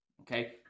Okay